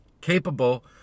Capable